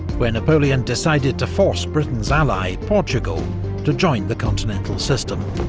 where napoleon decided to force britain's ally portugal to join the continental system.